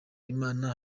imana